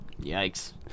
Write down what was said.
Yikes